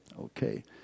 Okay